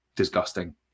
disgusting